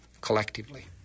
collectively